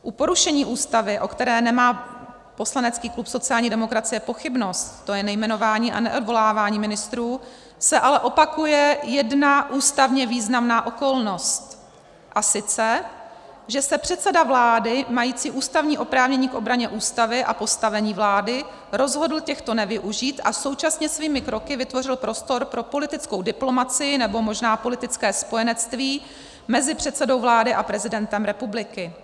U porušení Ústavy, o které nemá poslanecký klub sociální demokracie pochybnost, to je nejmenování a neodvolávání ministrů, se ale opakuje jedna ústavně významná okolnost, a sice že se předseda vlády mající ústavní oprávnění k obraně Ústavy a postavení vlády rozhodl těchto nevyužít a současně svými kroky vytvořil prostor pro politickou diplomacii, nebo možná politické spojenectví mezi předsedou vlády a prezidentem republiky.